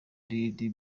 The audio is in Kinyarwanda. n’indi